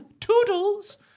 toodles